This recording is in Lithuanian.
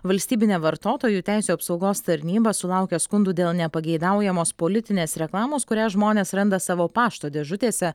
valstybinė vartotojų teisių apsaugos tarnyba sulaukia skundų dėl nepageidaujamos politinės reklamos kurią žmonės randa savo pašto dėžutėse